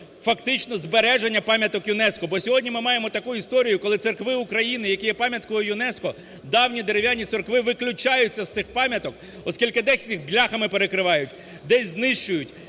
фактично збереження пам'яток ЮНЕСКО. Бо сьогодні ми маємо таку історію, коли церкви України, які є пам'яткою ЮНЕСКО, давні дерев'яні церкви виключаються з цих пам'яток, оскільки… деякі з них бляхами перекривають, десь – знищують.